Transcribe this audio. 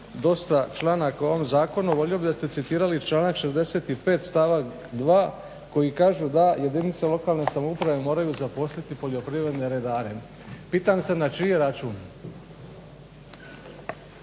dosta članaka u ovom zakonu volio bih da ste citirali članak 65.stavak 2.koji kažu da jedinice lokalne samouprave moraju zaposliti poljoprivredne redare. Pitam se na čiji računu?